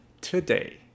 today